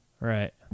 Right